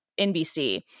NBC